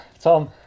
Tom